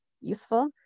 useful